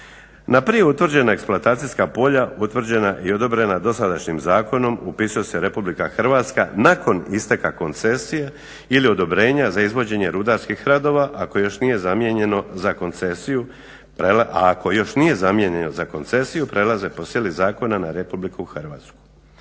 Na prije utvrđena eksploatacijska polja utvrđena i odobrena dosadašnjim zakonom upisuje se Republika Hrvatska nakon isteka koncesije ili odobrenja za izvođenje rudarskih radova, a ako još nije zamijenjeno za koncesiju prelaze po sili zakona na Republiku Hrvatsku.